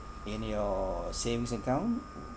in your savings account